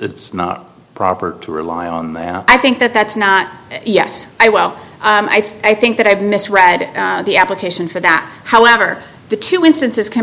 it's not proper to rely on i think that that's not yes i well i think that i've misread the application for that however the two instances can be